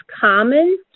common